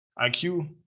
IQ